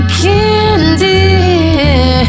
candy